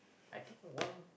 I think one